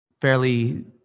fairly